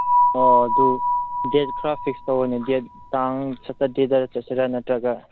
ꯑꯣ ꯑꯗꯨ ꯗꯦꯗ ꯈꯔ ꯐꯤꯛꯁ ꯇꯧꯔꯅꯤ ꯗꯦꯗ ꯇꯥꯡ ꯁꯇꯔꯗꯦꯗ ꯆꯠꯁꯤꯔꯥ ꯅꯠꯇ꯭ꯔꯒ